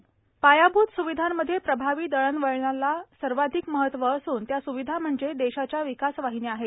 मोदी पायाभूत सुविधांमध्ये प्रभावी दळणवळणाला सर्वाधिक महत्त्व असून त्या सुविधा म्हणजे देशाच्या विकासवाहिन्या आहेत